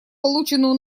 полученную